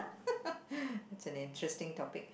that's an interesting topic